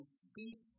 speak